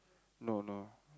no no